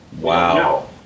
Wow